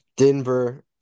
Denver